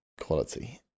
Quality